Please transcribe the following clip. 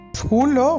school